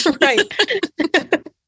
Right